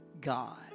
God